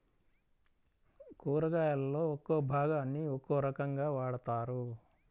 కూరగాయలలో ఒక్కో భాగాన్ని ఒక్కో రకంగా వాడతారు